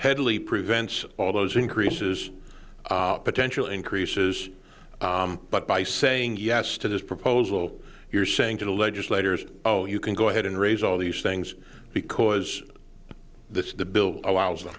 headley prevents all those increases potential increases but by saying yes to this proposal you're saying to the legislators oh you can go ahead and raise all these things because the bill allows them